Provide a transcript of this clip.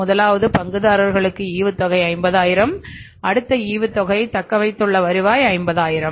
முதலாவது பங்குதாரர்களுக்கு ஈவுத்தொகை 50000 அடுத்த ஈவுத்தொகை தக்கவைத்துள்ள வருவாய் 500000 ரூபாய்